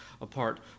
apart